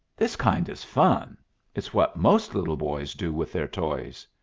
this kind is fun it's what most little boys do with their toys.